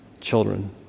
children